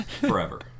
forever